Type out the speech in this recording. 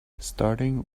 starting